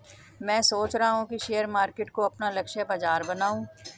मैं सोच रहा हूँ कि शेयर मार्केट को अपना लक्ष्य बाजार बनाऊँ